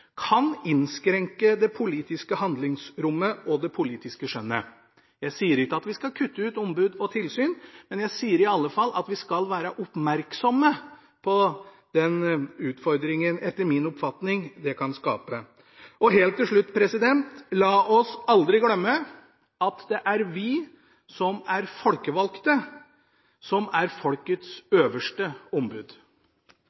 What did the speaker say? kan innskrenke det politiske handlingsrommet og det politiske skjønnet. Jeg sier ikke at vi skal kutte ut ombud og tilsyn, men jeg sier iallfall at vi skal være oppmerksomme på den utfordringen det etter min oppfatning kan skape. Helt til slutt: La oss aldri glemme at det er vi som er folkevalgte, som er folkets